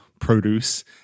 produce